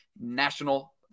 National